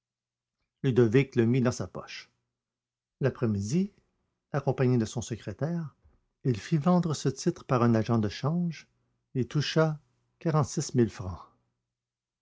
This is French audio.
ludovic le mit dans sa poche l'après-midi accompagné de son secrétaire il fit vendre ce titre par un agent de change et toucha quarante-six mille francs